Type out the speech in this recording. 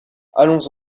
allons